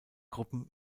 gruppen